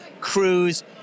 Cruz